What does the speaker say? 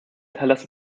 tħallas